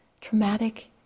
traumatic